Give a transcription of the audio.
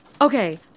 Okay